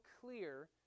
clear